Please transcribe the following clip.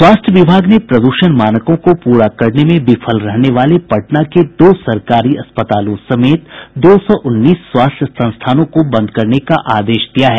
स्वास्थ्य विभाग ने प्रदूषण मानकों को पूरा करने में विफल रहने वाले पटना के दो सरकारी अस्पतालों समेत दो सौ उन्नीस स्वास्थ्य संस्थानों को बंद करने का आदेश दिया है